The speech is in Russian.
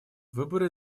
выборы